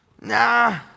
nah